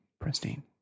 pristine